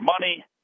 money